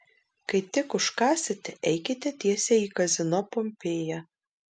kai tik užkąsite eikite tiesiai į kazino pompėja